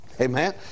Amen